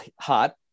hot